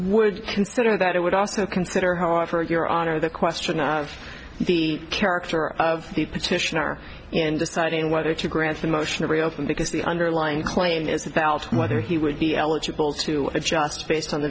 you consider that it would also consider however your honor the question the character of the petitioner in deciding whether to grant the motion to reopen the case the underlying claim is about whether he would be eligible to adjust based on the